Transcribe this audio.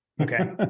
Okay